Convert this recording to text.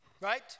right